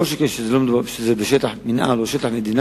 כל שכן אם זה בשטח מינהל או שטח מדינה,